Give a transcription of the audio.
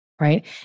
right